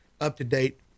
up-to-date